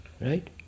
Right